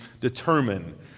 determine